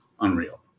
unreal